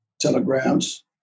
telegrams